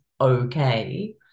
okay